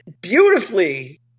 beautifully